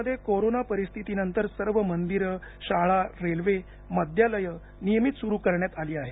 राज्यामध्ये कोरोना परीस्थितीनंतर सर्व मंदिरं शाळा रेल्वे मद्यालये नियमित स्रु करण्यात आली आहेत